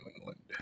England